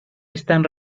están